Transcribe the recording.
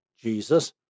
Jesus